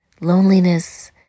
Loneliness